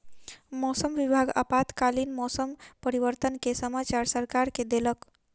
मौसम विभाग आपातकालीन मौसम परिवर्तन के समाचार सरकार के देलक